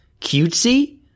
cutesy